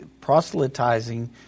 proselytizing